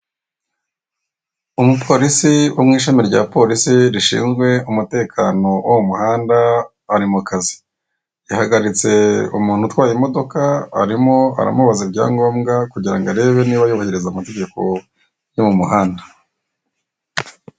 Umupolisi wo mu ishami rya polisi rishinzwe umutekano wo mu muhanda ari mu kazi, yahagaritse umuntu utwaye imodoka arimo aramubaza ibyangombwa kugira ngo arebe niba yubahiriza amategeko yo mu muhanda.